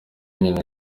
inyoni